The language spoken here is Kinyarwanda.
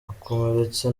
abakomeretse